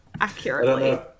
accurately